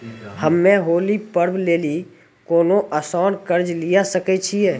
हम्मय होली पर्व लेली कोनो आसान कर्ज लिये सकय छियै?